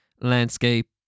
landscape